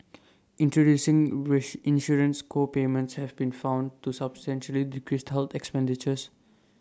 introducing wish insurance co payments have been found to substantially decrease health expenditures